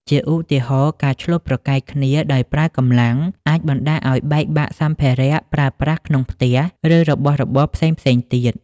ជាឧទាហរណ៍ការឈ្លោះប្រកែកគ្នាដោយប្រើកម្លាំង អាចបណ្ដាលឲ្យបែកបាក់សម្ភារៈប្រើប្រាស់ក្នុងផ្ទះ ឬរបស់របរផ្សេងៗទៀត។